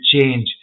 change